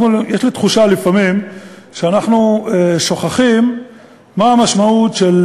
יש לי תחושה לפעמים שאנחנו שוכחים מה המשמעות של